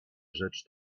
rzecz